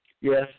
yes